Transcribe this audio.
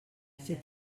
c’est